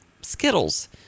Skittles